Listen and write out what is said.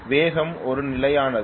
வேகம் ஒரு நிலையானது